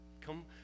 Come